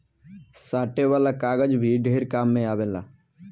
साटे वाला कागज भी ढेर काम मे आवेला